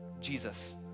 Jesus